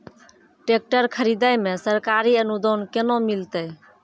Tractor खरीदै मे सरकारी अनुदान केना मिलतै?